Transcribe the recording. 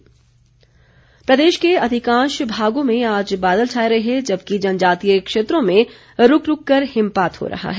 मौसम प्रदेश के अधिकांश भागों में आज बादल छाए रहे जबकि जनजातीय क्षेत्रों में रूक रूक कर हिमपात हो रहा है